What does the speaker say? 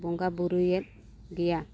ᱵᱚᱸᱜᱟ ᱵᱳᱨᱳᱭᱮᱫ ᱜᱮᱭᱟ